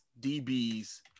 DBs